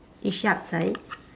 is she outside